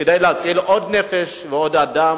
כדי להציל עוד נפש ועוד אדם.